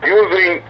using